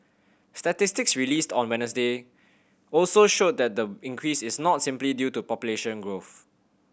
statistics released on Wednesday also showed that the increase is not simply due to population growth